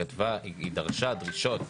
היא דרשה דרישות,